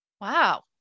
Wow